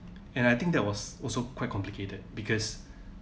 and I think that was also quite complicated because